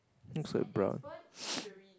looks like brown